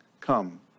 Come